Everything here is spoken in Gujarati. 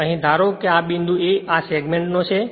અને અહીં ધારો કે આ બિંદુ A આ સેગમેન્ટનો છે